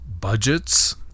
budgets